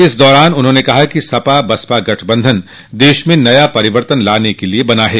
इस दौरान उन्होंने कहा कि सपा बसपा गठबंधन देश में नया परिवर्तन लाने के लिये बना है